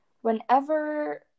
Whenever